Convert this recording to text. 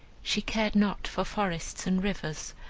she cared not for forests and rivers,